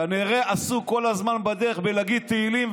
כנראה עסוק כל הזמן בדרך בלהגיד תהילים,